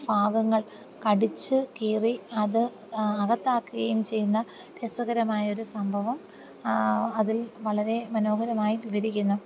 ഭാഗങ്ങൾ കടിച്ച് കീറി അത് അകത്താക്കുകയും ചെയ്യുന്ന രസകരമായൊരു സംഭവം ആ അതിൽ വളരെ മനോഹരമായി വിവരിക്കുന്നു